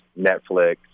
Netflix